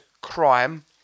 crime